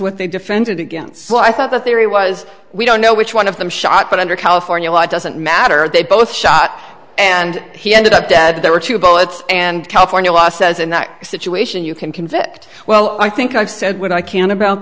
what they defended against what i thought the theory was we don't know which one of them shot but under california law it doesn't matter they both shot and he ended up dead there were two bullets and california law says in that situation you can convict well i think i've said what i can about